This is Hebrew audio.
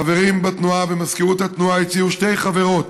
חברים בתנועה ובמזכירות התנועה הציעו שתי חברות.